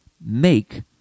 make